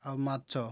ଆଉ ମାଛ